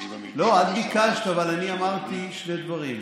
ביקשתי, לא, את ביקשת, אבל אני אמרתי שני דברים.